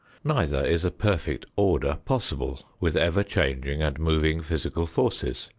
neither is a perfect order possible with ever-changing and moving physical forces,